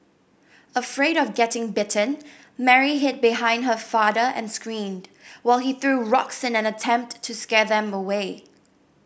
afraid of getting bitten Mary hid behind her father and screamed while he threw rocks in an attempt to scare them away